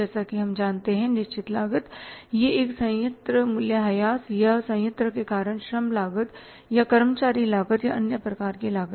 जैसा कि हम जानते हैं निश्चित लागत यह एक संयंत्र मूल्य ह्रास या संयंत्र के कारण श्रम लागत या कर्मचारी लागत या अन्य प्रकार की लागत है